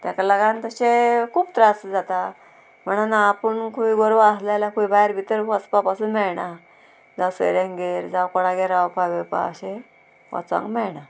तेका लागोन तशें खूब त्रास जाता म्हणना आपूण खंय गोरवां आसलें जाल्यार खंय भायर भितर वचपा पासून मेळना जावं सोयऱ्यांगेर जावं कोणागेर रावपा बिवपा अशें वचोंक मेळना